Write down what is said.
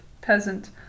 peasant